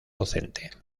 docente